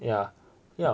yeah yeah